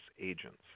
agents